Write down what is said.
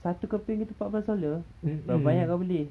satu keping macam gitu empat belas dollar berapa banyak kau beli